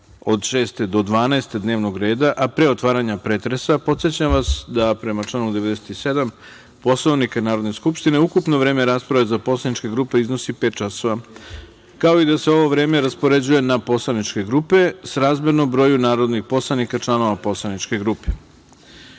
od 6. do 12. dnevnog reda, a pre otvaranja pretresa, podsećam vas da, prema članu 97. Poslovnika Narodne skupštine, ukupno vreme rasprave za poslaničke grupe iznosi pet časova, kao i da se ovo vreme raspoređuje na poslaničke grupe srazmerno broju narodnih poslanika članova poslaničke grupe. Molim